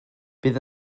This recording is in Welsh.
bydd